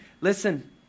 Listen